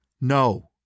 No